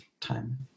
time